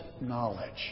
knowledge